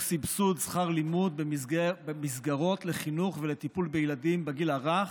סבסוד שכר לימוד במסגרות לחינוך ולטיפול בילדים בגיל הרך,